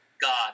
God